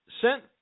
sent